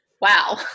Wow